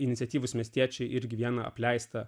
iniciatyvūs miestiečiai irgi vieną apleistą